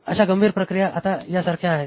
अशा गंभीर प्रक्रिया आता यासारख्या आहेत